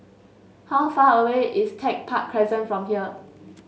how far away is Tech Park Crescent from here